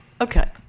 Okay